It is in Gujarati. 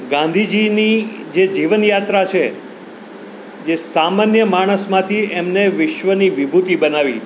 ગાંધીજીની જે જીવન યાત્રા છે જે સામાન્ય માણસમાંથી એમને વિશ્વની વિભૂતિ બનાવી